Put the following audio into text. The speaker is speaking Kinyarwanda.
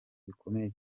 bikomeye